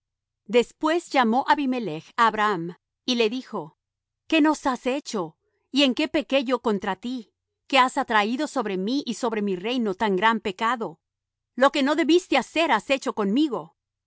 después llamó abimelech á abraham y le dijo qué nos has hecho y en qué pequé yo contra ti que has atraído sobre mí y sobre mi reino tan gran pecado lo que no debiste hacer has hecho conmigo